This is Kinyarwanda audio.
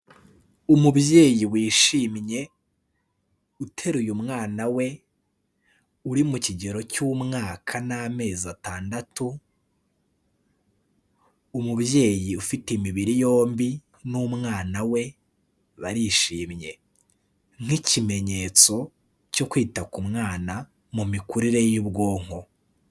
Umubyeyi wishimye uteruye umwana we, uri mu kigero cy'umwaka n'amezi atandatu, umubyeyi ufite imibiri yombi n'umwana we barishimye. Nk'ikimenyetso cyo kwita ku mwana mu mikurire y'ubwonko.